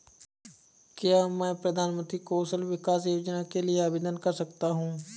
क्या मैं प्रधानमंत्री कौशल विकास योजना के लिए आवेदन कर सकता हूँ?